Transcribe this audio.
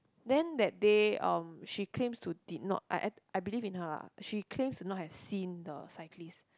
then that day um she claims to did not I I believe in her lah she claims to not have seen to cyclist